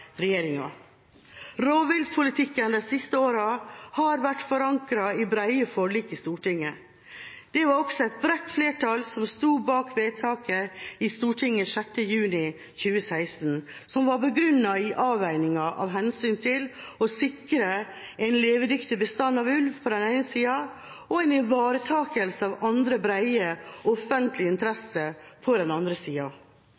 regjeringa. Rovviltpolitikken de siste årene har vært forankret i brede forlik i Stortinget. Det var også et bredt flertall som sto bak vedtaket i Stortinget 6. juni 2016, som var begrunnet i avveiningen av hensynet til å sikre en levedyktig bestand av ulv på den ene siden og en ivaretakelse av andre brede offentlige